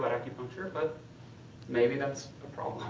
but acupuncture, but maybe that's a problem.